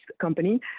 company